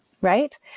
right